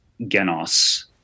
genos